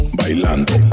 Bailando